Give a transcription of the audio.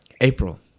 April